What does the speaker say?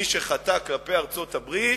מי שחטא כלפי ארצות-הברית,